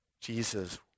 Jesus